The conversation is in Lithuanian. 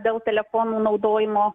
dėl telefonų naudojimo